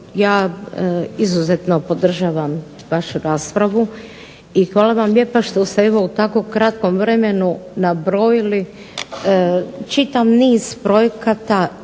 ja izuzetno podržavam vašu raspravu i hvala vam lijepa što ste evo u tako kratkom vremenu nabrojali čitav niz projekata